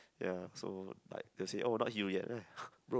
ya so like they'll say oh not heal yet bro